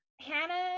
Hannah